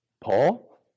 Paul